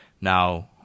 Now